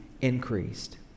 increased